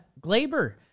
Glaber